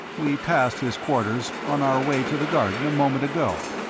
we passed his quarters on our way to the garden a moment ago.